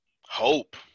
Hope